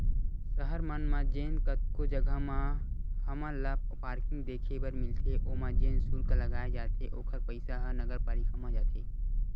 सहर मन म जेन कतको जघा म हमन ल पारकिंग देखे बर मिलथे ओमा जेन सुल्क लगाए जाथे ओखर पइसा ह नगरपालिका म जाथे